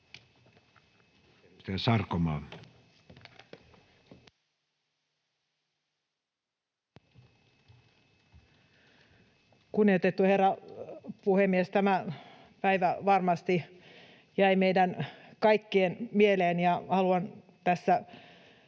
Kunnioitettu herra puhemies, tämä päivä varmasti jäi meidän kaikkien mieleen, ja haluan tässä